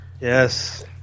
Yes